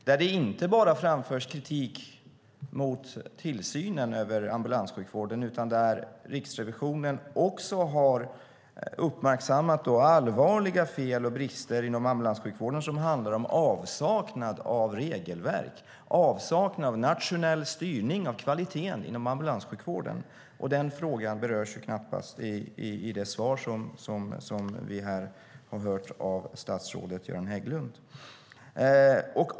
Där framförs inte bara kritik mot tillsynen över ambulanssjukvården, utan Riksrevisionen har också uppmärksammat allvarliga fel och brister inom ambulanssjukvården som handlar om avsaknad av regelverk, avsaknad av nationell styrning av kvaliteten inom ambulanssjukvården. Den frågan berörs knappast i detta svar från statsrådet Göran Hägglund.